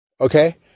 okay